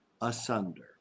Asunder